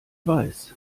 weiß